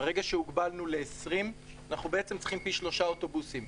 ברגע שהוגבלנו ל-20, אנחנו צריכים פי 3 אוטובוסים.